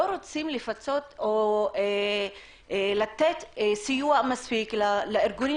לא רוצים לפצות או לתת סיוע מספיק לארגונים